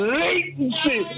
latency